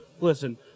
Listen